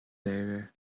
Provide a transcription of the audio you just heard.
mhéara